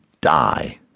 die